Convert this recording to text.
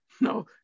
No